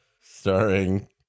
starring